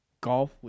Golf